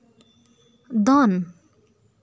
ᱫᱚᱱ